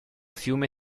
fiume